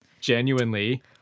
genuinely